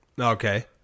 Okay